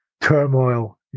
turmoil